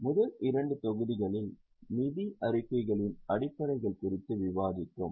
முதல் இரண்டு தொகுதிகளில் நிதி அறிக்கைகளின் அடிப்படைகள் குறித்து விவாதித்தோம்